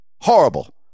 horrible